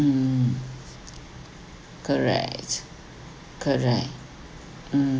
mm correct correct mm